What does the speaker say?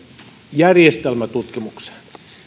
järjestelmätutkimukseen